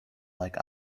like